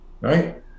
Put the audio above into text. right